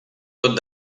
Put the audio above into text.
tot